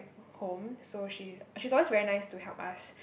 home so she's she's always very nice to help us